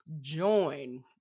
Join